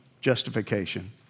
justification